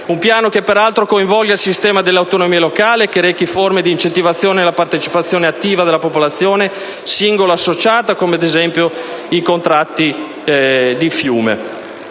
Un piano che peraltro coinvolga il sistema delle autonomie locali e che rechi forme di incentivazione della partecipazione attiva della popolazione singola o associata, come ad esempio i contratti di fiume.